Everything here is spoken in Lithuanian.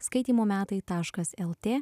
skaitymo metai taškas lt